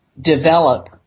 develop